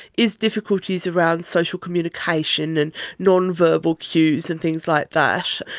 is difficulties around social communication and non-verbal cues and things like that.